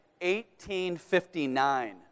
1859